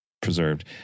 preserved